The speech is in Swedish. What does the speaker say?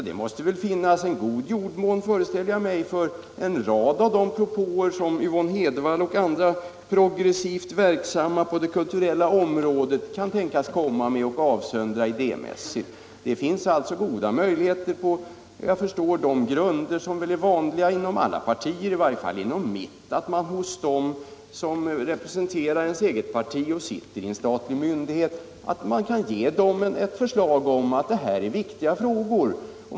Det måste väl då finnas en god jordmån, föreställer jag mig, för en rad av de propåer som Yvonne Hedvall och andra progressivt verksamma på det kulturella området kan tänkas komma med och avsöndra idémässigt. Det finns alltså goda möjligheter att på de grunder som är vanliga inom alla partier —- i varje fall inom vårt — tala om för dem som representerar ens eget parti i en statlig myndighet att detta är viktiga frågor.